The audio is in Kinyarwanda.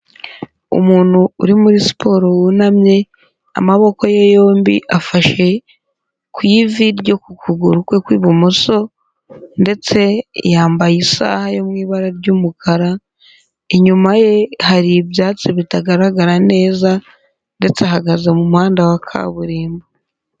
Umuntu uri muri siporo wunamye, amaboko ye yombi afashe ku ivi ryo ku kuguru kwe kw'ibumoso ndetse yambaye isaha yo mu ibara ry'umukara, inyuma ye hari ibyatsi bitagaragara neza ndetse ahagaze mu muhanda wa kaburimbo.